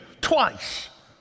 twice